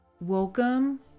Welcome